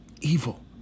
Evil